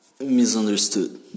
misunderstood